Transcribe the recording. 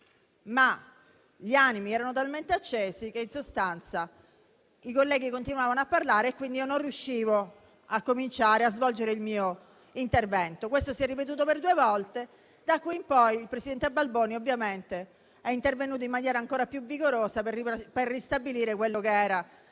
ma gli animi erano talmente accesi che in sostanza i colleghi continuavano a parlare e quindi io non riuscivo a svolgere il mio intervento. Questo si è ripetuto per due volte. Da qui in poi il presidente Balboni ovviamente è intervenuto in maniera ancora più vigorosa per ristabilire la correttezza